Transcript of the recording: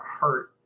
hurt